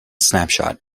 snapshot